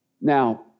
Now